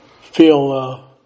feel